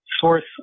source